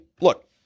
look